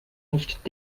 nicht